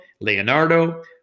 Leonardo